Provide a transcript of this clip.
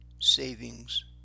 savings